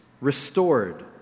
restored